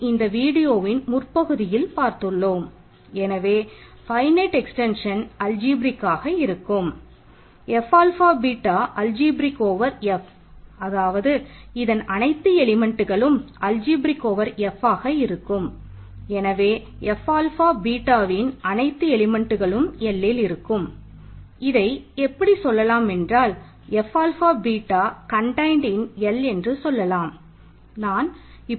F alpha L கிடையாது